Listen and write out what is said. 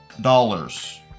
dollars